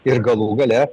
ir galų gale